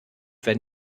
wenn